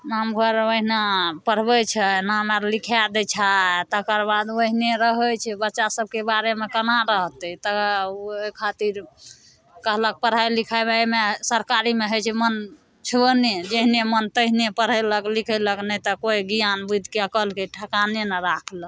गामघर ओहिना पढ़बै छै नाम आओर लिखै दै छै तकर बाद ओहिने रहै छै बच्चा सभके बारेमे कोना रहतै तऽ ओहि खातिर कहलक पढ़ाइ लिखाइमे एहिमे सरकारीमे होइ छै मोन छुअने जेहने मोन तेहने पढ़ेलक लिखेलक नहि तऽ कोइ ज्ञान बुधिके अकिलके ठेकाने नहि राखलक